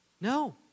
No